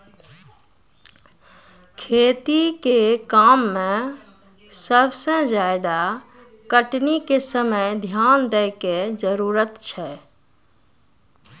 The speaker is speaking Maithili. खेती के काम में सबसे ज्यादा कटनी के समय ध्यान दैय कॅ जरूरत होय छै